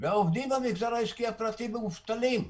והעובדים במגזר העסקי הפרטי מובטלים,